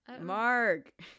Mark